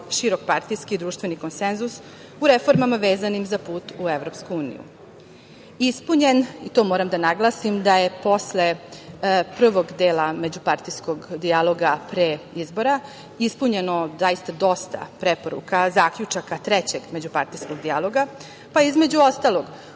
širok partijski i društveni konsenzus, u reformama vezano za put u EU.Ispunjen, i to moram da naglasim da je posle prvog dela međupartijskog dijaloga pre izbora, ispunjeno dosta preporuka, zaključaka Trećeg međupartijskog dijaloga, a između ostalog,